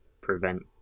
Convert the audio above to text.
prevent